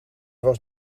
was